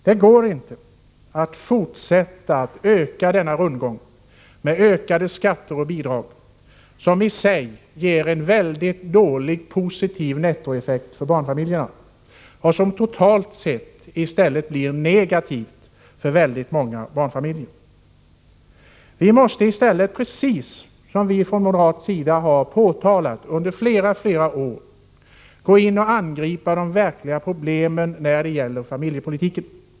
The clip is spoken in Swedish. Det går inte att fortsätta att öka rundgången med ökade skatter och bidrag som i sig ger en mycket liten positiv nettoeffekt för barnfamiljerna och som totalt sett tvärtom blir negativ för väldigt många av dem. Vi måste i stället, precis som vi från moderaterna under flera år påpekat, gå in och angripa de verkliga problemen i familjepolitiken.